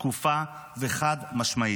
שקופה וחד-משמעית.